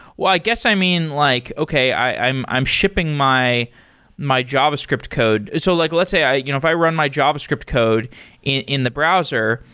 well, i guess i mean like, okay, i'm i'm shipping my my javascript code. so like let's say if i you know if i run my javascript code in the browser,